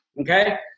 Okay